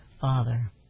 Father